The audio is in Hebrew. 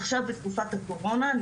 עכשיו בתקופת הקורונה,